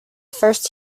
first